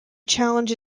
challenge